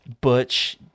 butch